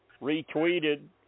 retweeted